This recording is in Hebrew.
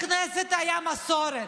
בכנסת הייתה מסורת,